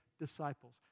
disciples